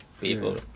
people